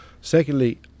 Secondly